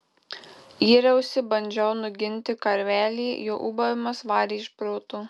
yriausi bandžiau nuginti karvelį jo ūbavimas varė iš proto